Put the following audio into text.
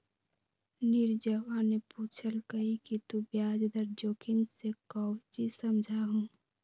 नीरजवा ने पूछल कई कि तू ब्याज दर जोखिम से काउची समझा हुँ?